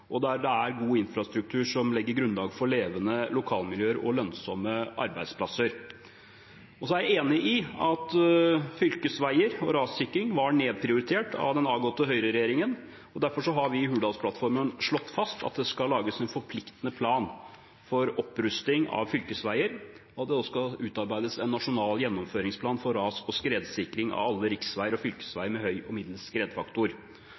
og at det er god infrastruktur som legger grunnlag for levende lokalmiljøer og lønnsomme arbeidsplasser. Så er jeg enig i at fylkesveier og rassikring var nedprioritert av den avgåtte høyreregjeringen. Derfor har vi i Hurdalsplattformen slått fast at det skal lages en forpliktende plan for opprusting av fylkesveier, og det skal også utarbeides en nasjonal gjennomføringsplan for ras- og skredsikring av alle riksveier og